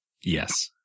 Yes